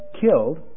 killed